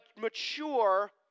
mature